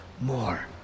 more